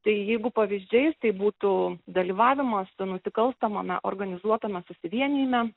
tai jeigu pavyzdžiais tai būtų dalyvavimas nusikalstamame organizuotame susivienijime